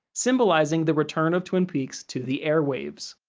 symbolizing the return of twin peaks to the airwaves.